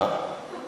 איזו ועדה?